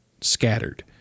scattered